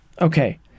Okay